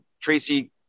Tracy